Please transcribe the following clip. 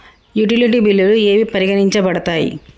Utility బిల్లులు ఏవి పరిగణించబడతాయి?